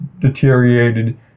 deteriorated